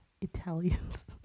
Italians